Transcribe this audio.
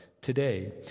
today